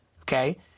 okay